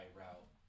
route